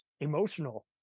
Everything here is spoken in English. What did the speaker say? emotional